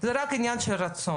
זה רק עניין של רצון.